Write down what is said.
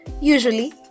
usually